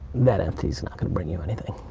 that entity is not going to bring you anything.